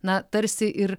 na tarsi ir